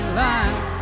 line